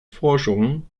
forschung